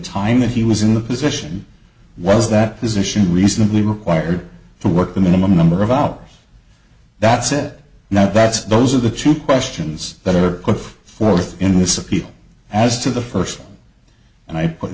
time that he was in the position was that position reasonably required to work the minimum number of alt that said now that's those are the two questions that are put forth in this appeal as to the first and i